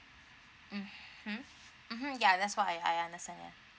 mmhmm mmhmm ya that's why I I understand and